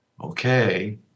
okay